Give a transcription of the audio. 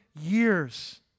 years